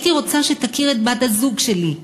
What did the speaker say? הייתי רוצה שתכיר את בת-הזוג שלי.